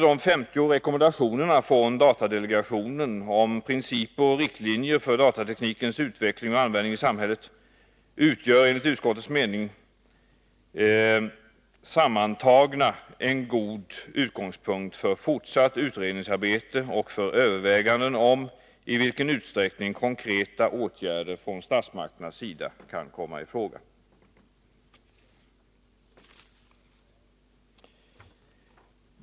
De 50 rekommendationerna från datadelegationen om principer och riktlinjer för datateknikens utveckling och användning i samhället utgör, enligt utskottets mening, sammantagna en god utgångspunkt för fortsatt utredningsarbete och för överväganden om i vilken utsträckning konkreta åtgärder från statsmakternas sida kan komma i fråga.